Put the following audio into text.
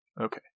Okay